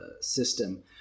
system